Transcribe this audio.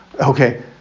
Okay